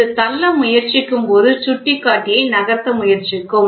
இது தள்ள முயற்சிக்கும்போது சுட்டிக்காட்டி நகர்த்த முயற்சிக்கும்